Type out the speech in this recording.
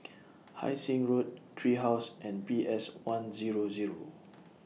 Hai Sing Road Tree House and P S one Zero Zero